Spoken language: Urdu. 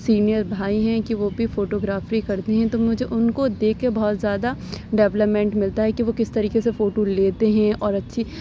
سینئر بھائی ہیں کہ وہ بھی فوٹو گرافری کرتے ہیں تو مجھے اُن کو دیکھ کے بہت زیادہ ڈولپمنٹ ملتا ہے کہ وہ کس طریقے سے فوٹو لیتے ہیں اور اچھی